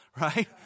right